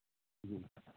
जी